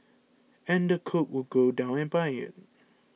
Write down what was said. and the cook would go down and buy it